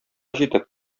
җитеп